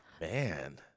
Man